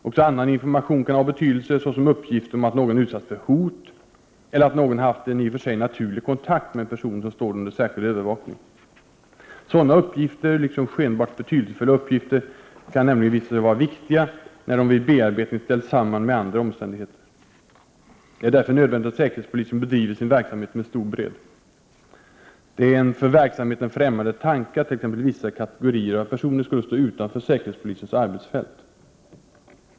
Också annan information kan ha betydelse, såsom uppgifter om att någon utsatts för hot eller att någon haft en i och för sig naturlig kontakt med en person som står under särskild övervakning. Sådana uppgifter, liksom skenbart betydelselösa uppgifter, kan nämligen visa sig vara viktiga, när de vid bearbetning ställs samman med andra omständigheter. Det är därför nödvändigt att säkerhetspolisen bedriver sin verksamhet med stor bredd, och det är en för verksamheten främmande tanke att t.ex. vissa kategorier av personer skulle stå utanför säkerhetspolisens arbetsfält.